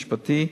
משפטי,